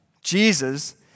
Jesus